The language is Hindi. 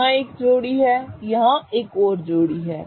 यहां एक जोड़ी है यहां एक और जोड़ी है